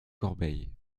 corbeil